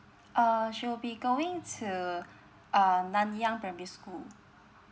uh she will be going to uh nanyang primary school